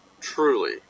truly